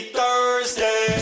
thursday